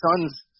sons